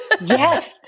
yes